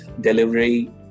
delivery